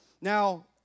Now